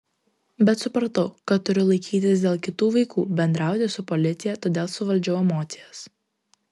bet supratau kad turiu laikytis dėl kitų vaikų bendrauti su policija todėl suvaldžiau emocijas